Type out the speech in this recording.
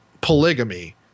polygamy